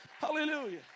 Hallelujah